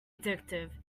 addictive